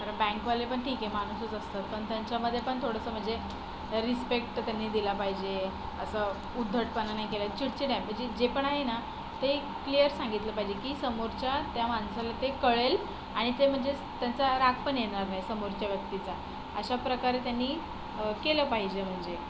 खरं बँकवाले पण ठीक आहे माणूसच असतात पण त्यांच्यामध्ये पण थोडंसं म्हणजे रिस्पेक्ट त्यांनी दिला पाहिजे असं उद्धटपणा नाही केला चिडचिड जे पण आहे ना ते क्लिअर सांगितलं पाहिजे की समोरच्या त्या माणसाला ते कळेल आणि ते म्हणजे त्यांचा राग पण येणार नाही समोरच्या व्यक्तीचा अशाप्रकारे त्यांनी केलं पाहिजे म्हणजे